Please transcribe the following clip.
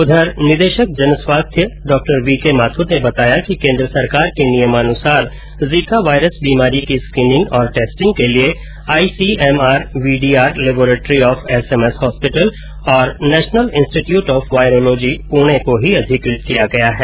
उधर निदेशक जनस्वास्थ्य डा वीके माथुर ने बताया कि केन्द्र सरकार के नियमानुसार जीका वायरस बीमारी की स्क्रीनिंग और टेस्टिंग के लिये ICMR VDR laboratory of SMS hospital और national institute of virology Pune को ही अधिकृत किया गया है